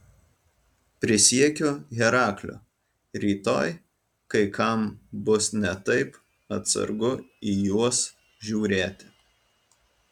prisiekiu herakliu rytoj kai kam bus ne taip atsargu į juos žiūrėti